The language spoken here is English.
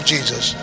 Jesus